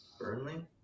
Burnley